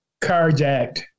carjacked